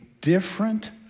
different